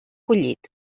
collit